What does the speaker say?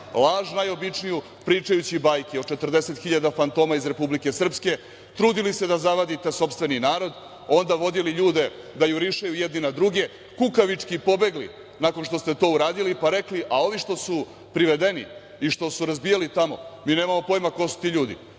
laž najobičniju, pričajući bajke o 40.000 fantoma iz Republike Srpske, trudili se da zavadite sopstveni narod, onda vodili ljude da jurišaju jedni na druge, kukavički pobegli nakon što ste to uradili, pa rekli – a ovi što su privedeni i što su razbijali tamo, mi nemamo pojma ko su ti ljudi,